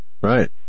Right